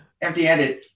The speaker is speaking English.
empty-handed